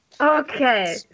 Okay